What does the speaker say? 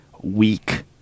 weak